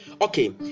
okay